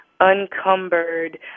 uncumbered